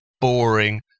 boring